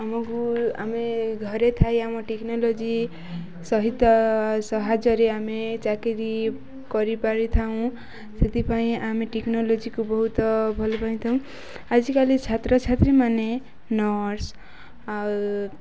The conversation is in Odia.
ଆମକୁ ଆମେ ଘରେ ଥାଇ ଆମ ଟେକ୍ନୋଲୋଜି ସହିତ ସାହାଯ୍ୟରେ ଆମେ ଚାକିରି କରିପାରିଥାଉ ସେଥିପାଇଁ ଆମେ ଟେକ୍ନୋଲୋଜିକୁ ବହୁତ ଭଲ ପାଇଥାଉ ଆଜିକାଲି ଛାତ୍ରଛାତ୍ରୀମାନେ ନର୍ସ ଆଉ